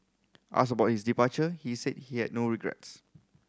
asked about his departure he said he had no regrets